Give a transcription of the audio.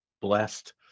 blessed